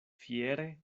fiere